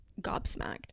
gobsmacked